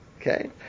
Okay